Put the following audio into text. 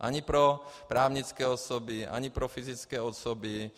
Ani pro právnické osoby ani pro fyzické osoby.